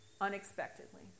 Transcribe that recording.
unexpectedly